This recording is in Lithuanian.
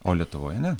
o lietuvoje ne